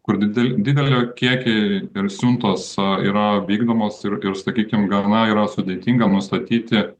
kur dide dideli kiekiai ir siuntos yra vykdomos ir ir sakykim gana yra sudėtinga nustatyti